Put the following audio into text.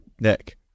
Nick